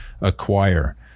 acquire